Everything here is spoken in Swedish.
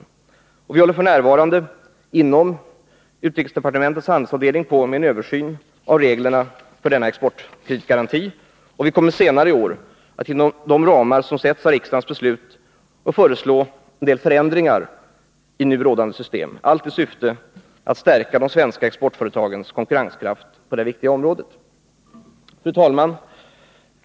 Inom utrikesdepartementets handelsavdelning håller vi f.n. på med en översyn av reglerna för denna exportkreditgaranti, och vi kommer senare i år att inom de ramar som sätts av riksdagens beslut föreslå en del förändringar i nu rådande system — allt i syfte att stärka de svenska exportföretagens konkurrenskraft på detta viktiga område. Fru talman!